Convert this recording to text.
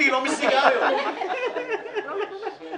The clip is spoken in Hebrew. אמרתי שאני